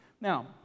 Now